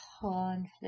conflict